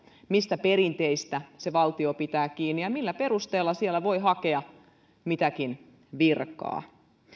mistä perinteistä se valtio pitää kiinni ja millä perusteella siellä voi hakea mitäkin virkaa